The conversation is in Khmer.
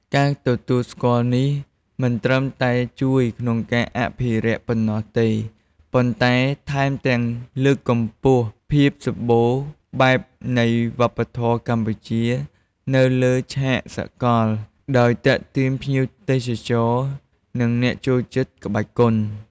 ការទទួលស្គាល់នេះមិនត្រឹមតែជួយក្នុងការអភិរក្សប៉ុណ្ណោះទេ ប៉ុន្តែថែមទាំងលើកកម្ពស់ភាពសម្បូរបែបនៃវប្បធម៌កម្ពុជានៅលើឆាកសកល ដោយទាក់ទាញភ្ញៀវទេសចរ និងអ្នកចូលចិត្តក្បាច់គុន។